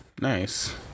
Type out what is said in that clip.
Nice